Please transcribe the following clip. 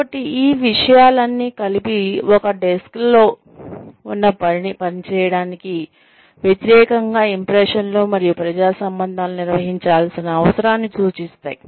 కాబట్టి ఈ విషయాలన్నీ కలిపి మన డెస్క్లలో ఉన్న పనిని చేయడానికి వ్యతిరేకంగా ఇంప్రెషన్ లు మరియు ప్రజా సంబంధాలను నిర్వహించాల్సిన అవసరాన్ని సూచిస్తాయి